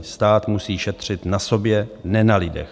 Stát musí šetřit na sobě, ne na lidech.